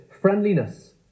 friendliness